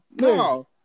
No